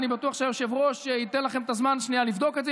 ואני בטוח שהיושב-ראש ייתן לכם את הזמן שנייה לבדוק את זה,